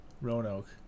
Roanoke